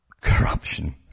corruption